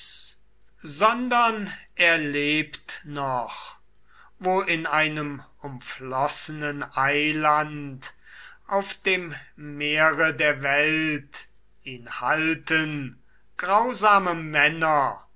sondern er lebt noch wo in einem umflossenen eiland auf dem meere der welt ihn halten grausame männer